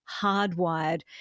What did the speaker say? hardwired